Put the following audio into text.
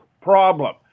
problem